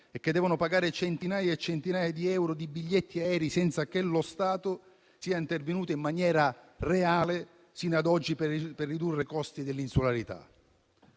e che devono pagare centinaia e centinaia di euro in biglietti aerei senza che sino ad oggi lo Stato sia intervenuto in maniera reale per ridurre i costi dell'insularità.